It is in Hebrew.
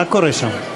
מה קורה שם?